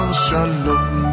Shalom